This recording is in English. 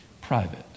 private